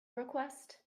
request